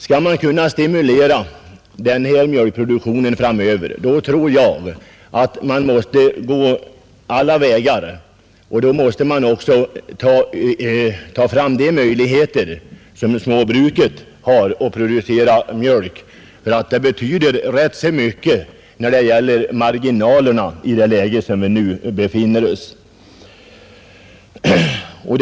Skall man kunna stimulera mjölkproduktionen framöver tror jag att man måste gå alla vägar, och då måste man också ta till vara de möjligheter som småbruket har att producera mjölk — det betyder rätt mycket när det gäller marginalerna i den situation vi nu befinner oss i.